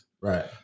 right